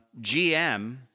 GM